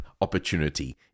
opportunity